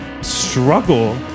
struggle